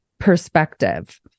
Perspective